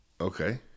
Okay